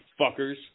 fuckers